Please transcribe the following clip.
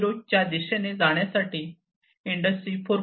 च्या दिशेने जाण्यासाठी इंडस्ट्री 4